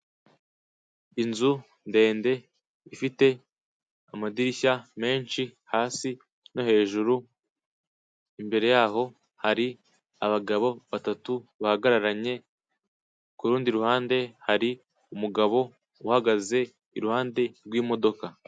Inzu ndende ifite amadirishya menshi hasi no hejuru. Imbere yaho hari abagabo batatu bahagararanye, kurundi ruhande hari umugabo uhagaze iruhande rw'imodoka.